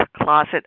closet